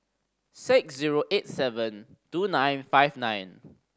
six zero eight seven two nine five nine